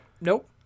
nope